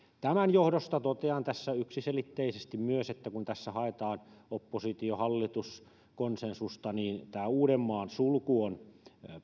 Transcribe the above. tämän johdosta totean tässä yksiselitteisesti myös sen että kun tässä haetaan oppositio hallitus konsensusta niin tämä uudenmaan sulku on